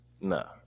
No